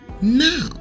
now